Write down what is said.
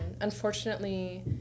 unfortunately